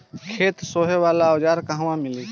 खेत सोहे वाला औज़ार कहवा मिली?